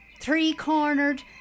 three-cornered